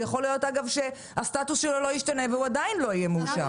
ויכול להיות אגב שהסטטוס שלו לא ישתנה והוא עדיין לא יהיה מאושר.